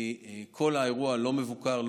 כי כל האירוע לא מבוקר,